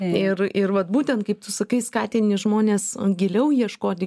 ir ir būtent kaip tu sakai skatini žmones giliau ieškoti